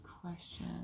question